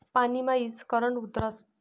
पानी मा ईजनं करंट उतरस